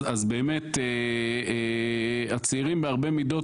אז באמת הצעירים בהרבה מידות,